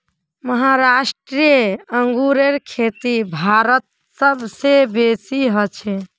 महाराष्ट्र अंगूरेर खेती भारतत सब स बेसी हछेक